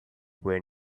when